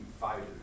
fighters